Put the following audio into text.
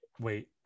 Wait